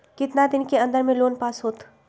कितना दिन के अन्दर में लोन पास होत?